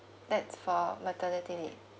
that's for maternity leave